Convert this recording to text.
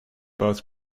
both